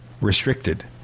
restricted